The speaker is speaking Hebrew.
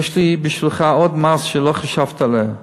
יש לי בשבילך עוד מס שלא חשבת עליו,